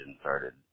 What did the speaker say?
started